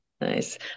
nice